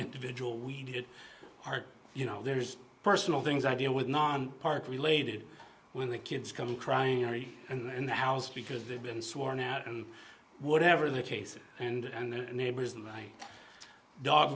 individual to heart you know there's personal things i deal with part related when the kids come crying and in the house because they've been sworn out and whatever the case and their neighbors and i dog